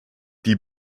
die